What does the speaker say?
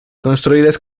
construidas